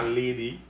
lady